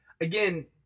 again